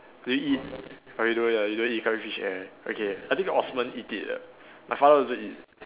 do you eat orh you don't eat ah you don't eat curry fish head okay I think Osman eat it ah my father also eat